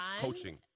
Coaching